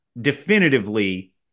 definitively